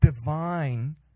divine